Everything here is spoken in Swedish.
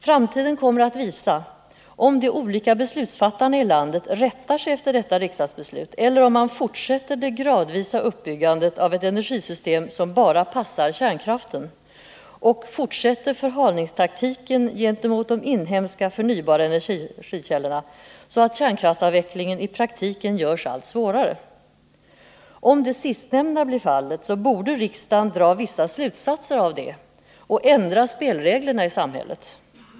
Framtiden kommer att visa om de olika beslutsfattarna i landet rättar sig efter detta riksdagsbeslut eller om man fortsätter det gradvisa uppbyggandet av ett energisystem som bara passar kärnkraften och förhalningstaktiken gentemot de inhemska, förnybara energikällorna, så att kärnkraftsavvecklingen i praktiken görs allt svårare. Om det sistnämnda blir fallet borde riksdagen dra vissa slutsatser av det och ändra spelreglerna i samhället.